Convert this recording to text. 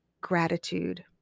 gratitude